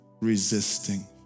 resisting